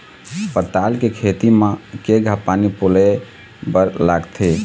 पताल के खेती म केघा पानी पलोए बर लागथे?